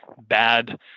bad